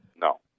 no